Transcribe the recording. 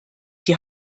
die